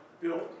built